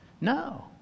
No